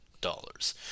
dollars